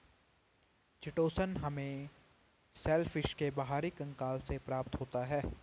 chitosan हमें shellfish के बाहरी कंकाल से प्राप्त होता है